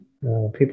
People